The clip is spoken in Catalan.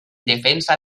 defensa